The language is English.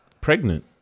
pregnant